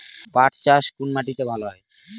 পাট চাষ কোন মাটিতে ভালো হয়?